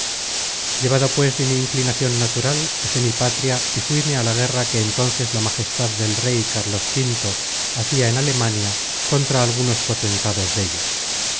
llevado pues de mi inclinacion natural dejé mi patria y fuíme á la guerra que entonces la majestad del césar carlos v hacia en alemania contra algunos potentados della